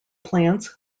plants